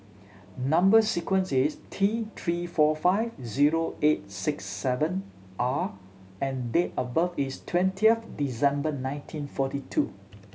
number sequence is T Three four five zero eight six seven R and date of birth is twentieth December nineteen forty two